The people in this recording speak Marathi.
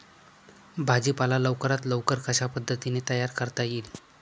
भाजी पाला लवकरात लवकर कशा पद्धतीने तयार करता येईल?